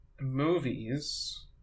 movies